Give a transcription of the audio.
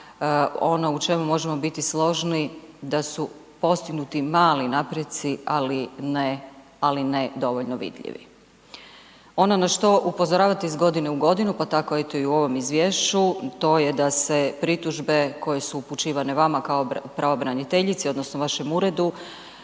ono u čemu možemo biti složni da su postignuti mali napreci, ali ne, ali ne dovoljno vidljivi. Ono na što upozoravate iz godine u godinu, pa tako eto i u ovom izvješću, to je da se pritužbe koje su upućivane vama kao pravobraniteljici odnosno vašem uredu